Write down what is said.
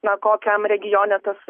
nuo kokiam regione tas